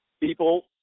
people